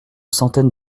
centaine